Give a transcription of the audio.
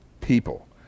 people